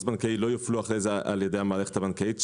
בנקאי לא יופלו אחרי זה על ידי המערכת הבנקאית,